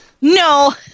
No